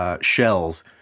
Shells